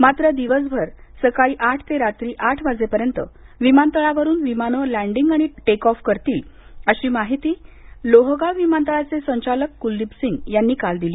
मात्र दिवसभर सकाळी आठ ते रात्री आठ वाजेपर्यंत विमानतळावरून विमानं लँन्डींग आणि टेकऑफ करतील अशी माहिती लोहगाव विमानतळाचे संचालक कुलदीपसिंह यांनी काल दिली